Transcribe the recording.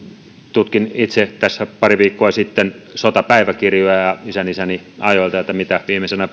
tutkin itse tässä pari viikkoa sitten sotapäiväkirjoja isänisäni ajoilta että mitä viimeisenä